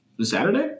Saturday